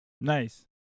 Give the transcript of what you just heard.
Nice